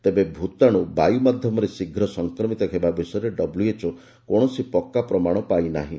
ତେବେ ଭୂତାଣୁ ବାୟୁ ମାଧ୍ୟମରେ ଶୀଘ୍ର ସଂକ୍ରମିତ ହେବା ବିଷୟରେ ଡବ୍ଲ୍ୟଏଚ୍ଓ କୌଣସି ପକ୍କା ପ୍ରମାଣ ପାଇନାହିଁ